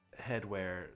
headwear